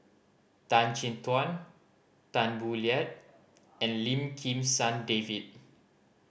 Tan Chin Tuan Tan Boo Liat and Lim Kim San David